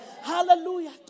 Hallelujah